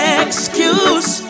excuse